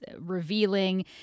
revealing